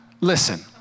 listen